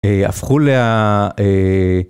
הפכו ל...